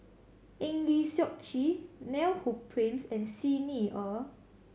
Eng Lee Seok Chee Neil Humphreys and Xi Ni Er